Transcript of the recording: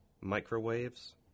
microwaves